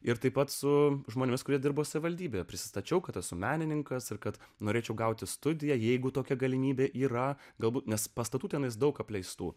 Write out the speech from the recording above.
ir taip pat su žmonėmis kurie dirbo savivaldybėje prisistačiau kad esu menininkas ir kad norėčiau gauti studiją jeigu tokia galimybė yra galbūt nes pastatų tenai daug apleistų